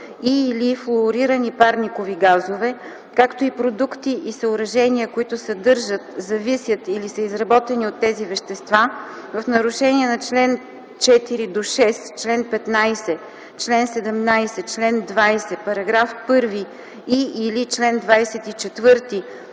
и/или флуорирани парникови газове, както и продукти и съоръжения, които съдържат, зависят или са изработени от тези вещества, в нарушение на чл. 4-6, чл. 15, чл. 17, чл. 20, § 1 и/или чл. 24,